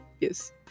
Yes